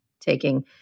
taking